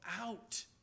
out